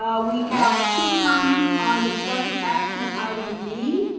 ah we have two comments on discussion action item b,